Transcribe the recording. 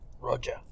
Roger